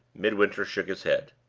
midwinter shook his head.